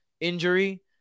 injury